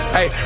Hey